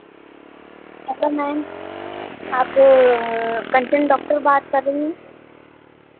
hello ma'am आप Kanchan doctor बात कर रही हैं